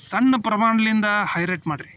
ಸಣ್ಣ ಪ್ರಮಾಣ್ದಿಂದ high rate ಮಾಡಿರಿ